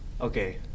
Okay